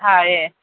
હા એ